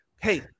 hey